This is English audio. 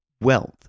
wealth